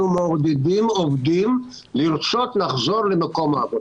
מעודדים עובדים לרצות לחזור למקום העבודה.